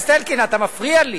חבר הכנסת אלקין, אתה מפריע לי.